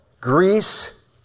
Greece